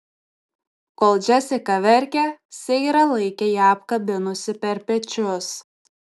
kol džesika verkė seira laikė ją apkabinusi per pečius